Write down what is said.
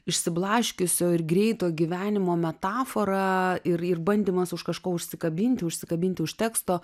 išsiblaškiusio ir greito gyvenimo metafora ir ir bandymas už kažko užsikabinti užsikabinti už teksto